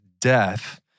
death